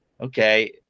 okay